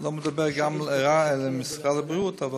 לא רק למשרד הבריאות, אלא